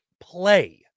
play